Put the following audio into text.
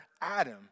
Adam